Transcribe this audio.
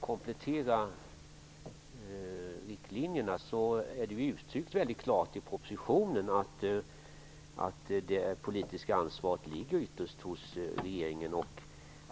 komplettera riktlinjerna är det i propositionen klart uttryckt att det politiska ansvaret ytterst ligger hos regeringen.